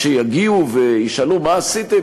כשיגיעו וישאלו מה עשיתם,